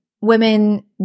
women